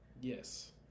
Yes